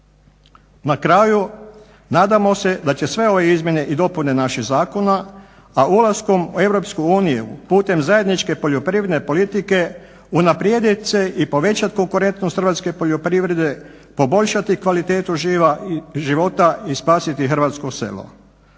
Na kraju, nadamo se da će sve ove izmjene i dopune naših zakona a ulaskom u Europsku uniju putem zajedničke poljoprivredne politike unaprijedit se i povećati konkurentnost hrvatske poljoprivrede, poboljšati kvalitetu života i spasiti hrvatsko selo.